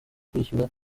kwishyura